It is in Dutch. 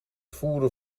voeren